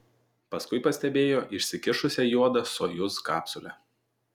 paskui pastebėjo išsikišusią juodą sojuz kapsulę